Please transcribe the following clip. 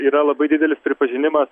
yra labai didelis pripažinimas